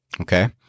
okay